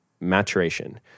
maturation